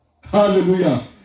Hallelujah